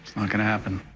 not going to happen.